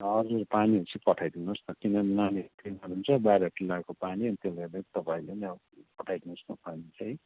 हजुर पानीहरू चाहिँ पठाइदिनु होस् न किनभने नानीहरू तिर्खाउँछ बाहिर तिनीहरूको पानी त्यसले गर्दाखेरि तपाईँले नै अब पठाइदिनु होस् न पानी चाहिँ